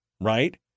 right